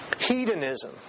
hedonism